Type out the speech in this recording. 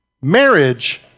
Marriage